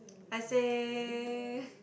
I say